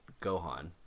gohan